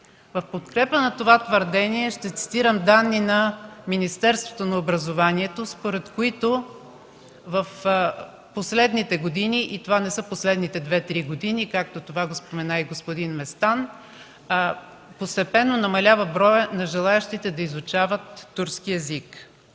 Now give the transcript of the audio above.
В подкрепа на това твърдение ще цитирам данни на Министерството на образованието, според които в последните години, и това не са последните 2-3 години, както това спомена и господин Местан, постепенно намалява броят на желаещите да изучават турски език.